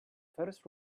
first